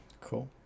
Cool